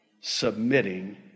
submitting